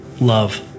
Love